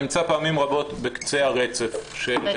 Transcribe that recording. נמצא פעמים רבות בקצה הרצף של --- רגע,